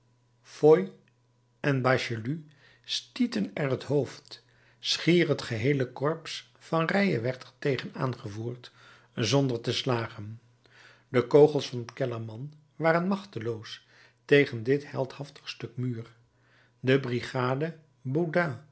foy en bachelu stieten er het hoofd schier het geheele korps van reille werd er tegen aangevoerd zonder te slagen de kogels van kellermann waren machteloos tegen dit heldhaftig stuk muur de brigade